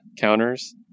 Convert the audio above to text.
counters